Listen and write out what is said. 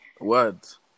Words